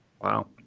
Wow